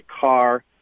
car